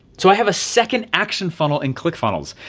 so i have a second action funnel and clickfunnels.